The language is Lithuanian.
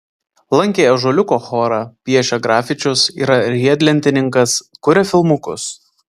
lankė ąžuoliuko chorą piešia grafičius yra riedlentininkas kuria filmukus